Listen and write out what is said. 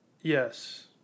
Yes